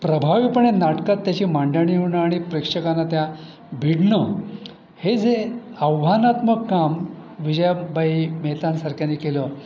प्रभावीपणे नाटकात त्याची मांडणी होणं आणि प्रेक्षकांना त्या भिडणं हे जे आव्हानात्मक काम विजयाबाई मेहतांसारख्यांनी केलं